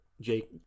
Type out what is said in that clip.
Jake